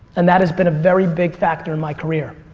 and that has been a very big factor in my career.